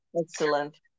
excellent